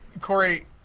Corey